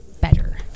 better